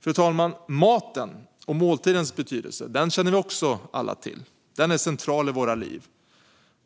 Fru talman! Maten och måltidens betydelse känner vi alla också till. Den är central i våra liv.